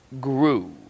grew